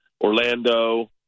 Orlando